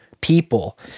people